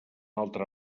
altre